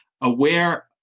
aware